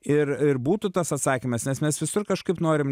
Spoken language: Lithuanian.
ir ir būtų tas atsakymas nes mes visur kažkaip norim